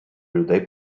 людей